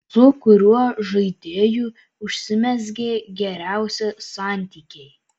su kuriuo žaidėju užsimezgė geriausi santykiai